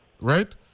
right